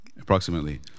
approximately